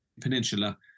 Peninsula